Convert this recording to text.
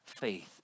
faith